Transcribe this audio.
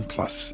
Plus